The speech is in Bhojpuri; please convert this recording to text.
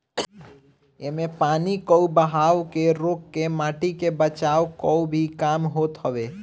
इमे पानी कअ बहाव के रोक के माटी के बचावे कअ भी काम होत हवे